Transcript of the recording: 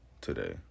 today